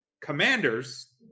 Commanders